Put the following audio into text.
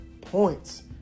points